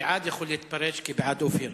בעד יכול להתפרש גם בעד אופיר.